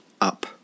up